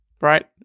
right